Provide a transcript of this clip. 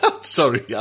sorry